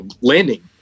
landing